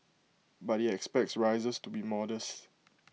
but he expects rises to be modest